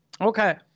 Okay